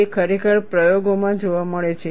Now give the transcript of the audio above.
તે ખરેખર પ્રયોગો માં જોવા મળે છે